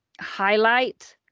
highlight